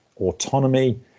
autonomy